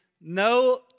No